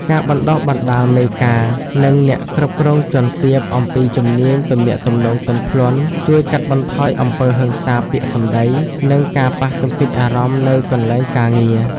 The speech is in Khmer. ការបណ្តុះបណ្តាលមេការ និងអ្នកគ្រប់គ្រងជាន់ទាបអំពីជំនាញទំនាក់ទំនងទន់ភ្លន់ ជួយកាត់បន្ថយអំពើហិង្សាពាក្យសម្ដី និងការប៉ះទង្គិចអារម្មណ៍នៅកន្លែងការងារ។